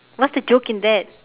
what's the joke in that